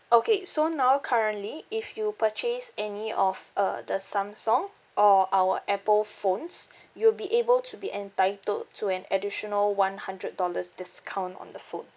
okay so now currently if you purchase any of uh the samsung or our apple phones you'll be able to be entitled to an additional one hundred dollars discount on the phone